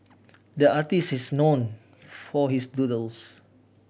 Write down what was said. the artists is known for his doodles